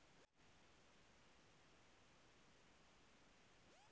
ATM से नया नया नोट निकलेला